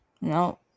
No